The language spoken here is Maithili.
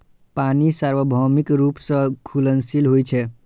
पानि सार्वभौमिक रूप सं घुलनशील होइ छै